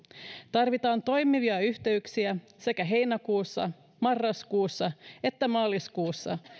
tarvitaan toimivia yhteyksiä sekä heinäkuussa marraskuussa että maaliskuussa